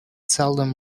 seldom